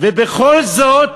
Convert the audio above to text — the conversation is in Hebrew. ובכל זאת